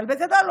אבל בגדול,